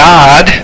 God